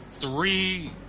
Three